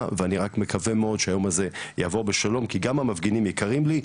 אני רק מקווה מאוד שהיום הזה יעבור בשלום כי גם המפגינים יקרים לי.